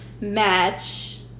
Match